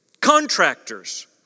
contractors